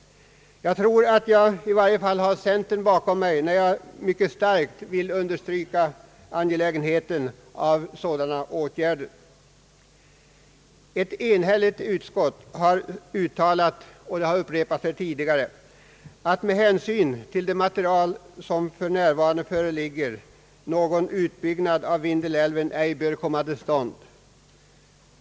Jag tror att jag i varje fall har centern bakom mig när jag mycket starkt vill understryka angelägenheten av sådana åtgärder. Ett enhälligt utskott har yttrat, såsom här tidigare nämnts, att med hänsyn till det material som för närvarande föreligger, någon utbyggnad av Vindelälven ej bör komma till stånd.